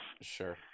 Sure